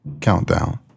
Countdown